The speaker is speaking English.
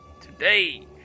today